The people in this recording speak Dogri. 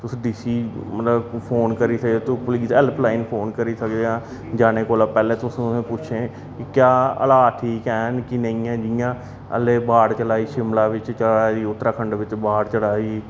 तुस दिक्खी मतलब फोन करी सकदे हेल्पलाइन फोन करी सकदे जाने कोला पैह्ले तुस उनेंगी पुच्छो क्या हालात ठीक हैन कि नेईं इ'यां जि'यां अल्ले बाढ़ चलै दी शिमला बिच्च चलै दी उत्तराखंड बिच्च बाढ़ चला दी